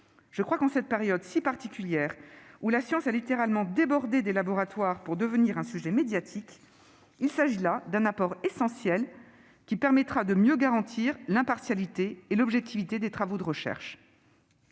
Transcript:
scientifique. En cette période si particulière où la science a littéralement débordé des laboratoires et devenir un sujet médiatique, il s'agit là d'un apport essentiel, qui permettra de mieux garantir l'impartialité et l'objectivité des travaux de recherche.